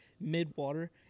mid-water